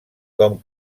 com